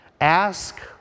ask